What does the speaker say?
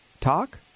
talk